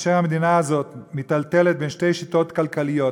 כאשר המדינה הזאת מיטלטלת בין שתי שיטות כלכליות,